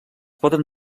poden